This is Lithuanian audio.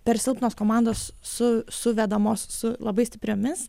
per silpnos komandos su suvedamos su labai stipriomis